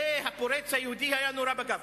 והפורץ היהודי היה נורה בגב.